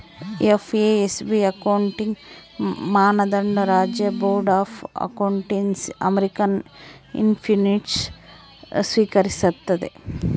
FASB accounting ಮಾನದಂಡ ರಾಜ್ಯ board of accountancy American institutes ಸ್ವೀಕರಿಸ್ತತೆ